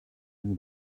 will